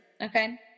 okay